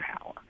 power